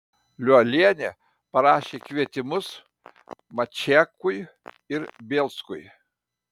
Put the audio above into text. liuolienė parašė kvietimus mačiekui ir bielskui